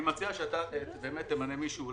אני מציע שתמנה מישהו,